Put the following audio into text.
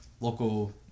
local